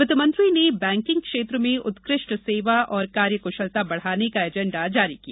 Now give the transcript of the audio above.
वित्तमंत्री ने बैंकिंग क्षेत्र में उत्कृष्ट सेवा और कार्यकुशलता बढ़ाने का एजेंडा जारी किया